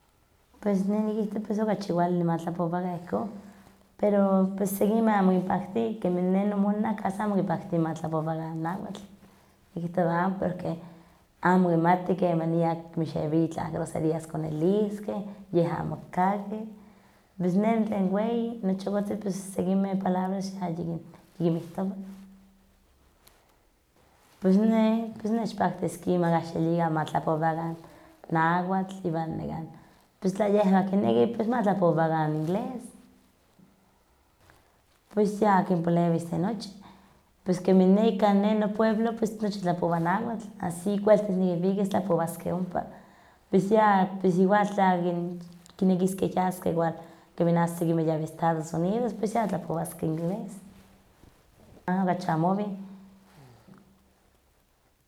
Pues neh nikihtowa pues okachi kuali ma tlapowakah ihkon, pero pues sekinmeh amo kinpakti, kemih neh nomonan casi amo kipakti ma tlapowakan nahuatl, nikihtoma amo porque, amo mixewi itlah groserias koniliskeh, yeh amo kikaki. Pues neh tlen weyi nochokotzin sekinmeh palabras yayikin- yikinmihtowa. Pues neh nechpaktiski ma kahxilikan ma tlapowakan nahuatl iwan nekan tla yehwan kineki pues ma tlapowakan inglés. Pues ya kinpalewis de nochi, pues kemi ne kanin neh nopueblo pues nochi tlapowah nahuatl, así kualtis nikinwikas tlapowaskeh ompa, pues ya pues igual tla kin- kinekiskeh yaskeh kemin axan seki yawih estados unidos pues ya tlapowaskeh inglés, aha, okachi amo owih.